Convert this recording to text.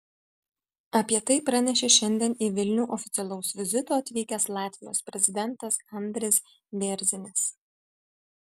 apie tai pranešė šiandien į vilnių oficialaus vizito atvykęs latvijos prezidentas andris bėrzinis